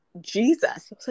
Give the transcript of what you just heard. Jesus